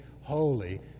holy